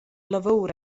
lavur